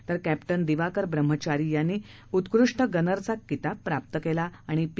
तर कॅप्टन दिवाकर ब्रह्मचारी यांनी उत्कृष्ट गनरचा किताब प्राप्त केला आणि पी